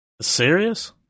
Serious